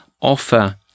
offer